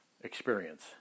experience